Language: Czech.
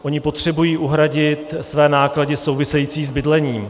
Oni potřebují uhradit své náklady související s bydlením.